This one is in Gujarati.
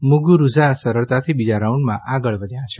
મુગુરૂઝા સરળતાથી બીજા રાઉન્ડમાં આગળ વધ્યા છે